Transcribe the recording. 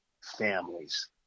families